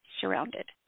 Surrounded